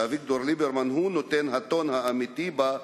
שאביגדור ליברמן הוא נותן הטון האמיתי בה,